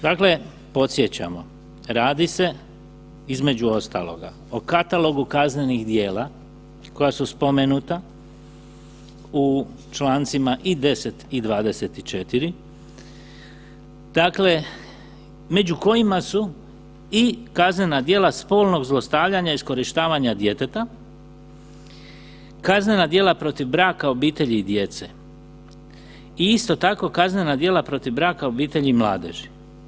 Dakle, podsjećamo, radi se između ostaloga o katalogu kaznenih djela koja su spomenuta u člancima i 10. i 24. među kojima su i kaznena djela spolnog zlostavljanja i iskorištavanja djeteta, kaznena djela protiv braka, obitelji i djece i isto tako kaznena djela protiv braka, obitelji i mladeži.